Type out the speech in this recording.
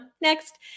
Next